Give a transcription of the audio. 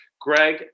Greg